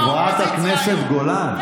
חברת הכנסת גולן.